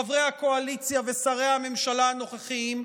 חברי הקואליציה ושרי הממשלה הנוכחיים,